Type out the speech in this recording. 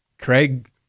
craig